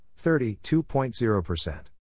32.0%